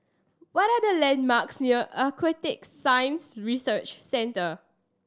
what are the landmarks near Aquatic Science Research Centre